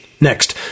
Next